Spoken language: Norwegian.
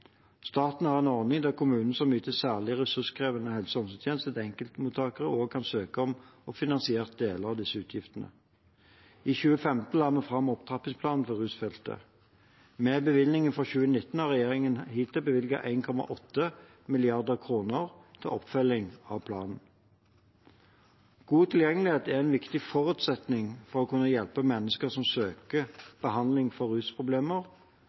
Staten har en ordning der kommuner som yter særlig ressurskrevende helse- og omsorgstjenester til enkeltmottakere, kan søke om å få finansiert deler av disse utgiftene. I 2015 la vi fram Opptrappingsplanen for rusfeltet. Med bevilgningene for 2019 har regjeringen hittil bevilget 1,8 mrd. kr til oppfølging av planen. God tilgjengelighet er en viktig forutsetning for å kunne hjelpe mennesker som søker behandling for rusproblemer